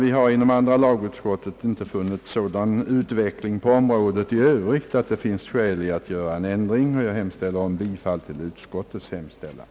Vi har inom andra lagutskottet inte funnit sådan utveckling inom området i övrigt föreligga att det finns skäl till en ändring. Jag hemställer om bifall till utskottets förslag.